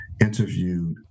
interviewed